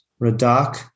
Radak